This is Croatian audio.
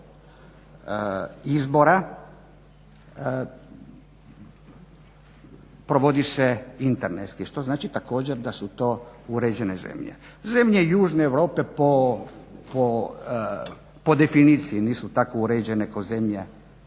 izbora provodi se internetski, što znači također da su to uređene zemlje. Zemlje južne Europe po definiciji nisu tako uređene kao zemlje